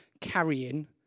carrying